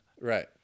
Right